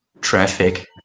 traffic